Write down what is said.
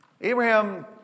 Abraham